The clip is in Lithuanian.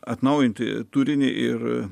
atnaujinti turinį ir